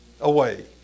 away